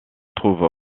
trouve